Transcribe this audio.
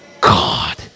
God